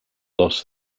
lost